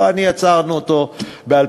לא אני יצרתי אותו ב-2012.